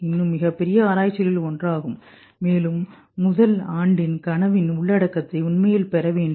இன்னும் மிகப்பெரிய ஆராய்ச்சிகளில் ஒன்றாகும் மேலும் முதல் ஆண்டின் கனவின் உள்ளடக்கத்தை உண்மையில் பெற வேண்டும்